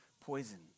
poison